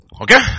okay